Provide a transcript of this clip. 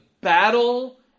battle